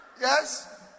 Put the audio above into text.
Yes